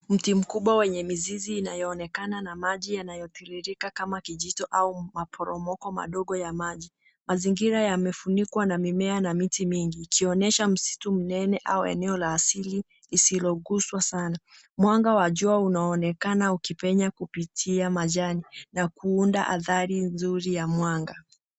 Mti mkubwa wenye mizizi inayoonekana na maji yanayotiririka kama kijito au maporomoko madogo ya maji. Mazingira yamefunikwa na mimea na miti mingi. Ikionyesha msitu mnene au eneo la asili isiloguzwa sana. Mwanga wa jua unaonekana ukipenya kupitia majani na kuunda hadhari nzuri ya mwanga.